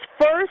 first